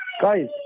Guys